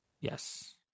Yes